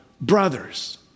brothers